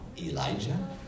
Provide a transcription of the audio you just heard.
Elijah